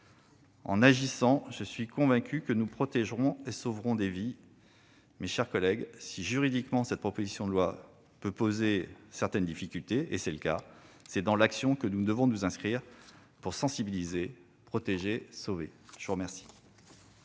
En agissant, je suis convaincu que nous protégerons et sauverons des vies. Mes chers collègues, si juridiquement cette proposition de loi peut poser certaines difficultés, car tel est le cas, c'est dans l'action que nous devons nous inscrire pour sensibiliser, protéger et sauver. La parole